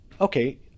okay